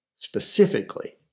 specifically